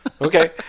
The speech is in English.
Okay